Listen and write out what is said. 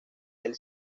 del